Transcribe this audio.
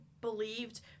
believed